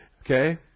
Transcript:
Okay